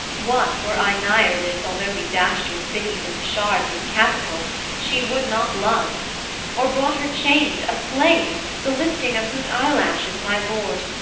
what were i nigher this although we dashed your cities into shards with catapults, she would not love or brought her chained, a slave, the lifting of whose eyelash is my lord,